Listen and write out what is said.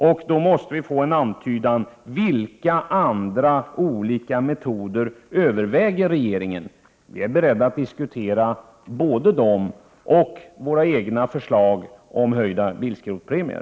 Vi måste få en antydan om vilka metoder regeringen överväger. Vi är beredda att diskutera både dem och våra egna förslag om höjda bilskrotningspremier.